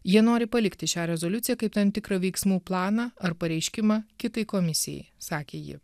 jie nori palikti šią rezoliuciją kaip tam tikrą veiksmų planą ar pareiškimą kitai komisijai sakė ji